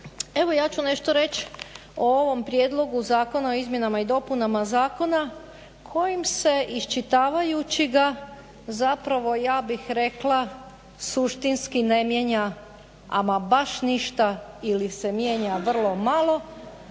Evo ja ću nešto reći o ovom prijedlogu zakona o izmjenama i dopunama zakona kojim se iščitavajući ga zapravo ja bih rekla suštinski ne mijenja ama baš ništa ili se mijenja vrlo malo,